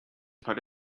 put